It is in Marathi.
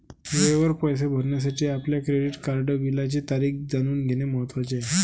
वेळेवर पैसे भरण्यासाठी आपल्या क्रेडिट कार्ड बिलाची तारीख जाणून घेणे महत्वाचे आहे